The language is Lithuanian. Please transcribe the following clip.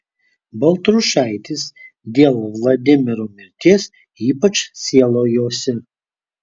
baltrušaitis dėl vladimiro mirties ypač sielojosi